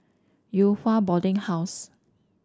Yew Hua Boarding House